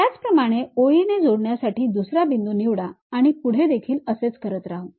त्याचप्रमाणे ओळीने जोडण्यासाठी दुसरा बिंदू निवडा आणि पुढे देखील असेच करत राहू